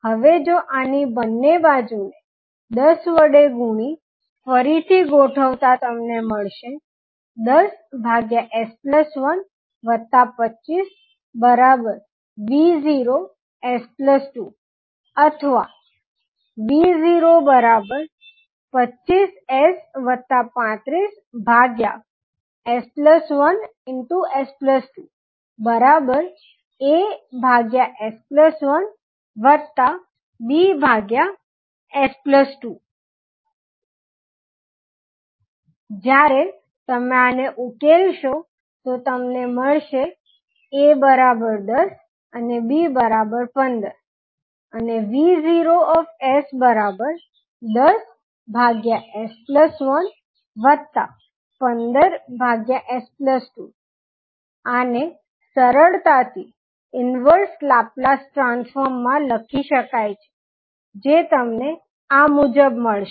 હવે જો આની બંને બાજુને 10 વડે ગુણી અને ફરી ગોઠવતાં તમને મળશે 10s125V0s2or અથવા V025s35s1s2As1Bs2 જ્યારે તમે આને ઉકેલો તો તમને A10B15 મળી શકશે અને V0s10s115s2 આને સરળતાથી ઇન્વર્સ લાપ્લાસ ટ્રાન્સફોર્મમાં લખી શકાય છે જે તમને આ મુજબ મળશે